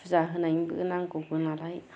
फुजा होनायाव नांगौबो नालाय